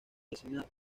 designada